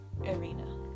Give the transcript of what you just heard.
arena